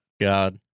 God